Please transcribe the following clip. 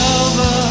over